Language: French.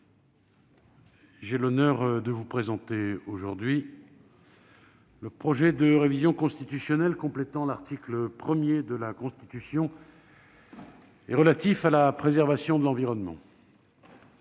j'ai l'honneur de vous présenter le projet de révision constitutionnelle complétant l'article 1 de la Constitution et relatif à la préservation de l'environnement.